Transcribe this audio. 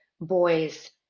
boy's